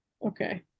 Okay